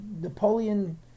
Napoleon